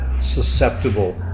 susceptible